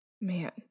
man